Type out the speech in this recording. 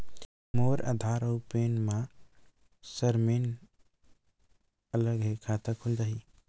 मोर आधार आऊ पैन मा सरनेम अलग हे खाता खुल जहीं?